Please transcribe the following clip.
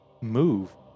move